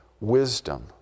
wisdom